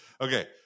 Okay